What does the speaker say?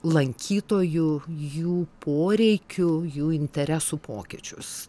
lankytojų jų poreikių jų interesų pokyčius